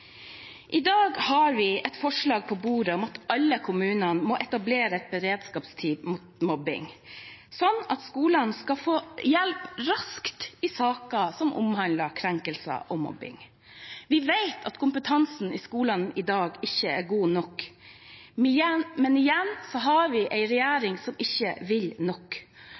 I dag har vi et forslag på bordet om at alle kommuner må etablere beredskapsteam mot mobbing, slik at skolene kan få hjelp raskt i saker som omhandler krenkelser og mobbing. Vi vet at kompetansen i skolene i dag ikke er god nok. Men igjen: Vi har en regjering som ikke vil nok.